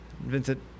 Vincent